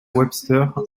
webster